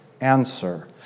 answer